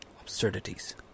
Absurdities